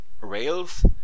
rails